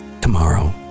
tomorrow